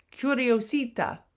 curiosita